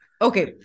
Okay